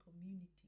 community